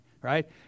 right